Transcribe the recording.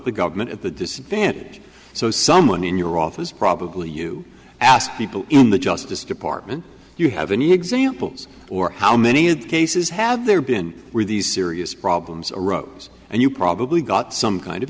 the government at the disadvantage so someone in your office probably you ask people in the justice department you have any examples or how many cases have there been were these serious problems arose and you probably got some kind of